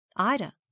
Ida